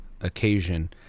occasion